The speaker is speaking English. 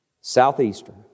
Southeastern